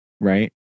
right